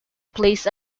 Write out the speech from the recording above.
plays